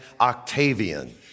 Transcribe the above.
Octavian